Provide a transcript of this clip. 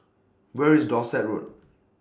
Where IS Dorset Road